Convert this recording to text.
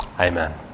Amen